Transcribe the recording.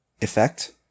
Effect